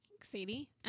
Sadie